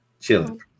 Chilling